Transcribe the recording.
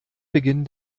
beginn